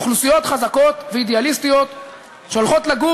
אוכלוסיות חזקות ואידיאליסטיות שהולכות לגור